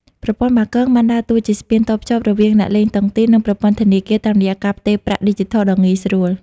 ប្រព័ន្ធបាគង បានដើរតួជាស្ពានតភ្ជាប់រវាងអ្នកលេងតុងទីន និងប្រព័ន្ធធនាគារ តាមរយៈការផ្ទេរប្រាក់ឌីជីថលដ៏ងាយស្រួល។